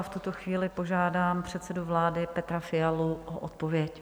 V tuto chvíli požádám předsedu vlády Petra Fialu o odpověď.